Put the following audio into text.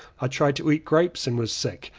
i tried to eat grapes and was sick.